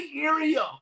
area